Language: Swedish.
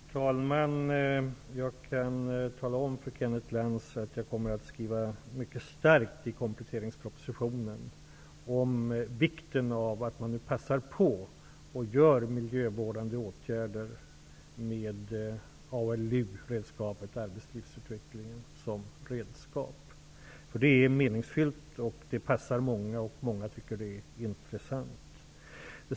Fru talman! Jag kan tala om för Kenneth Lantz att jag i kompletteringspropositionen mycket starkt kommer att betona vikten av att man nu passar på att vidta miljövårdande åtgärder med ALU, dvs. arbetslivsutveckling, som redskap. Det är meningsfullt. Det passar många, och många tycker att det är intressant.